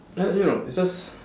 uh you know it's just